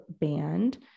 Band